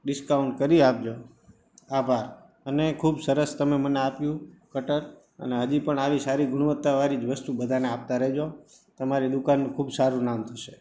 discount કરી આપજો આભાર અને ખૂબ સરસ તમે મને આપ્યું કટર અને હજી પણ આવી સારી ગુણવત્તાવાળી જ વસ્તુ બધાને આપતા રહેજો તમારી દુકાનનું ખૂબ સારું નામ થશે